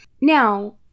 Now